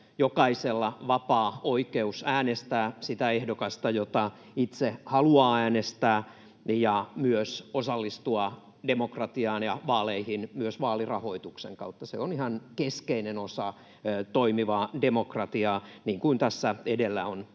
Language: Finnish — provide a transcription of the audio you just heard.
Jokaisella on vapaa oikeus äänestää sitä ehdokasta, jota itse haluaa äänestää, ja myös osallistua demokratiaan ja vaaleihin vaalirahoituksen kautta, se on ihan keskeinen osa toimivaa demokratiaa, niin kuin tässä edellä on